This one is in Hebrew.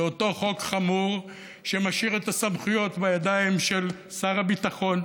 זה אותו חוק חמור שמשאיר את הסמכויות בידיים של שר הביטחון,